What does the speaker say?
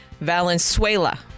Valenzuela